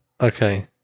Okay